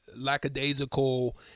lackadaisical